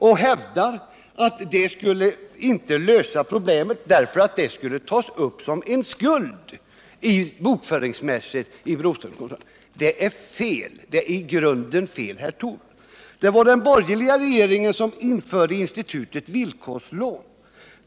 Man hävdar att detta inte skulle lösa problemet därför att pengarna bokföringsmässigt skulle tas upp som skuld i Broströmskoncernen. Detta resonemang är i grunden felaktigt, Rune Torwald. Det var den borgerliga regeringen som införde institutet villkorslån.